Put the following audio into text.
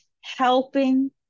helping